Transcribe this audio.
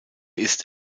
ist